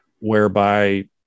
whereby